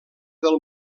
del